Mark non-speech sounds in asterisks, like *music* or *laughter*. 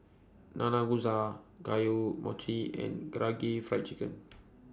Nanakusa Gayu Mochi and Karaage Fried Chicken *noise*